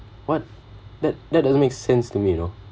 what that that doesn't make sense to me you know